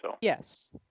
Yes